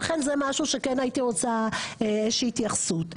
ולכן זה משהו שכן הייתי רוצה איזושהי התייחסות.